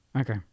Okay